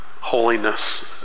holiness